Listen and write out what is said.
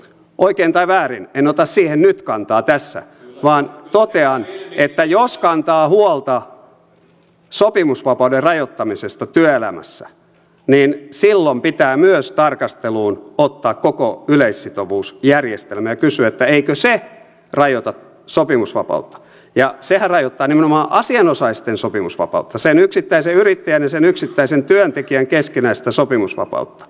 oikein tai väärin en ota siihen nyt kantaa tässä vaan totean että jos kantaa huolta sopimusvapauden rajoittamisesta työelämässä niin silloin pitää myös tarkasteluun ottaa koko yleissitovuusjärjestelmä ja kysyä että eikö se rajoita sopimusvapautta ja sehän rajoittaa nimenomaan asianosaisten sopimusvapautta sen yksittäisen yrittäjän ja sen yksittäisen työntekijän keskinäistä sopimusvapautta